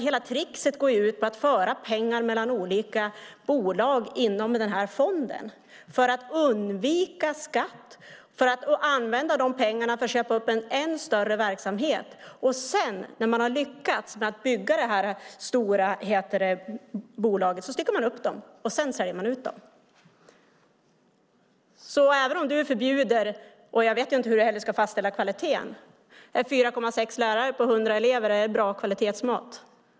Hela tricket går ut på att föra över pengar mellan olika bolag inom den här fonden för att undvika skatt och för att använda de pengarna för att köpa upp en än större verksamhet. Sedan, när man har lyckats bygga det här stora bolaget, styckar man upp det och säljer ut det. Jag vet inte heller hur du ska fastställa kvaliteten. Är 4,6 lärare på 100 elever ett bra kvalitetsmått?